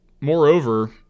moreover